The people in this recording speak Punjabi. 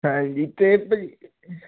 ਹਾਂਜੀ ਤੇ ਭਾਅ ਜੀ